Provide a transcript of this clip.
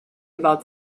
about